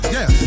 Yes